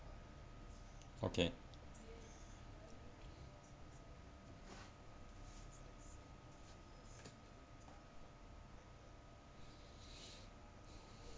okay